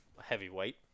heavyweight